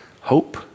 hope